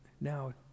Now